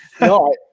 no